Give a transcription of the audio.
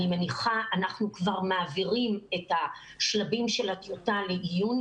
אנחנו כבר מעבירים את השלבים של הטיוטה לעיון.